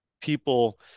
people